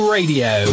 Radio